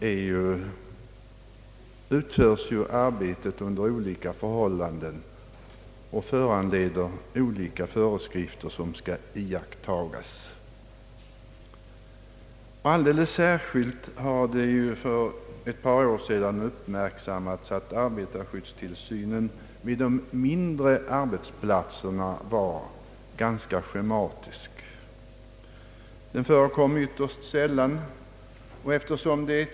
Arbetet utförs under olika förhållanden och föranleder olika föreskrifter som skall iakttagas. Det har redan för ett par år sedan uppmärksammats att arbetarskyddstillsynen vid de mindre arbetsplatserna är ganska schematisk.